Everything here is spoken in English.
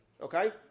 okay